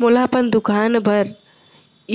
मोला अपन दुकान बर